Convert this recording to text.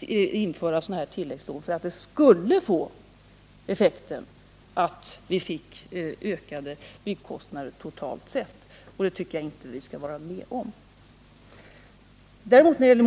införa tilläggslån. Det skulle nämligen få effekten att vi fick ökade byggkostnader totalt sett, och det tycker jag att vi skall försöka förhindra.